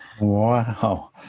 Wow